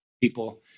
people